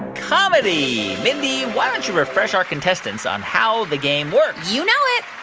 comedy. mindy, why don't you refresh our contestants on how the game works? you know it.